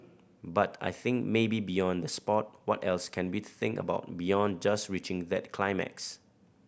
but I think maybe beyond the sport what else can we think about beyond just reaching that climax